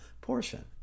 portion